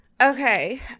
okay